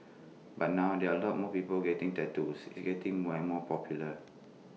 but now there are A lot of more people getting tattoos it's getting more and more popular